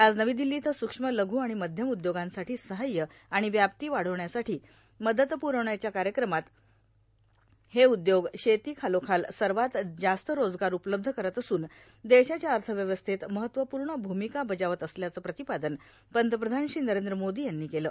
आज नवी दिल्ली इथं सूक्ष्म लघू आणि मध्यम उद्योगांसाठी सहाय्य आणि व्याप्ती वाढवण्यासाठी मदत पुरवण्याच्या कार्यक्रमात हे उद्योग शेती खालोखाल सर्वात जास्त रोजगार उपलब्ध करत असून देशाच्या अर्थव्यवस्थेत महत्वपूर्ण भूमिका बजावत असल्याचं प्रतिपादन पंतप्रधान श्री नरेंद्र मोदी यांनी केलं